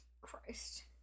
Christ